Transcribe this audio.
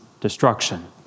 destruction